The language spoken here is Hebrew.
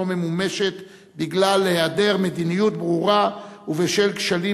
לא ממומשת בגלל היעדר מדיניות ברורה ובשל כשלים